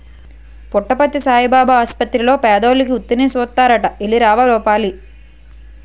పుట్టపర్తి సాయిబాబు ఆసపత్తిర్లో పేదోలికి ఉత్తినే సూస్తారట ఎల్లి రావాలి ఒకపాలి